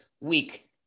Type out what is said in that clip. week